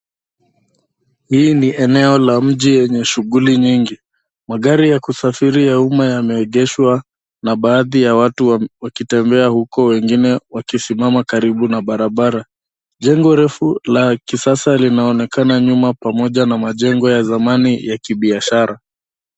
Hii ni eneo la mji lenye shughuli nyingi. Magari ya kusafiri ya uma yameegeshwa na baadhi ya watu wakitembea huko wengine wakisimama karibu na barabara. Jengo refu la kisasa linaonekana nyuma pamoja na majengo ya zamani ya kibiashara.